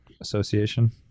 Association